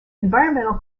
environmental